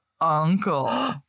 uncle